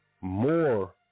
more